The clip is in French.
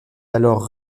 alors